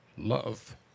Love